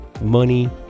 money